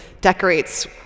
decorates